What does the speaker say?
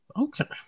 Okay